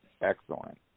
Excellent